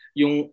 yung